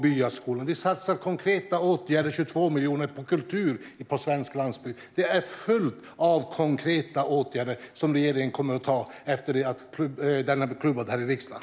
Vi satsar 22 miljoner på konkreta åtgärder för kultur på svensk landsbygd. Det är fullt av konkreta åtgärder som regeringen kommer att vidta efter det att denna proposition har klubbats här i riksdagen.